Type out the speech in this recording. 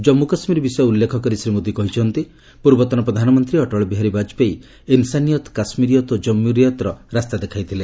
ଜମ୍ମୁ କାଶ୍ମୀର ବିଷୟ ଉଲ୍ଲେଖ କରି ଶ୍ରୀ ମୋଦି କହିଛନ୍ତି ପୂର୍ବତନ ପ୍ରଧାନମନ୍ତ୍ରୀ ଅଟଳ ବିହାରୀ ବାଜପେୟୀ ଇନ୍ସାନିୟତ୍ କାଶ୍କୀରିୟତ୍ ଓ କମ୍ମୁରିୟତ୍ର ରାସ୍ତା ଦେଖାଇଥିଲେ